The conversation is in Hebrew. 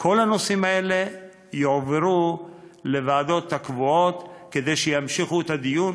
כל הנושאים האלה יועברו לוועדות הקבועות כדי שימשיכו את הדיון,